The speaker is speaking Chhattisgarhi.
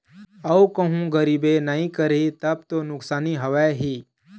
अऊ कहूँ गिरबे नइ करही तब तो नुकसानी हवय ही